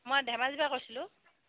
মই ধেমাজিৰ পৰা কৈছিলোঁ